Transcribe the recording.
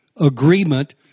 agreement